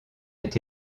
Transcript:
est